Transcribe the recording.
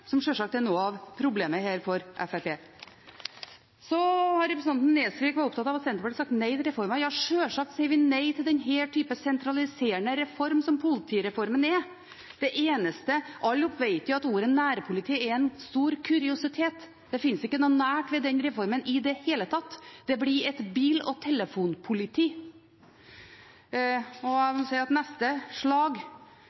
Så har representanten Nesvik vært opptatt av at Senterpartiet har sagt nei til reformen. Ja, sjølsagt sier vi nei til denne type sentraliserende reform som politireformen er. Alle vet jo at ordet «nærpoliti» er en stor kuriositet, det fins ikke noe nært ved den reformen i det hele tatt. Det blir et bil- og telefonpoliti. Neste slag og